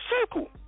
circle